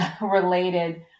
related